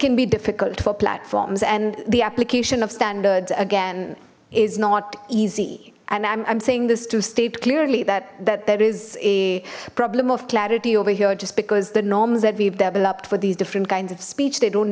can be difficult for platforms and the application of standards again is not easy and i'm saying this to state clearly that that there is a problem of clarity over here just because the norms that we've developed for these different kinds of speech they don't